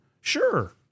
Sure